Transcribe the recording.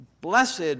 Blessed